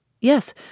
Yes